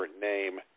name